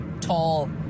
tall